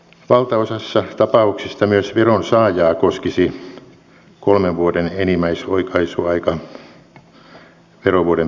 valtaosassa tapauksista myös veronsaajaa koskisi kolmen vuoden enimmäisoikaisuaika verovuoden päättymisestä